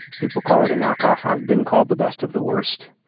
people call it a knock-off. i've been called the best of the worst.